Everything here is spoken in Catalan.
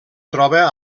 troba